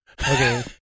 Okay